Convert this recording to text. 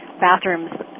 bathrooms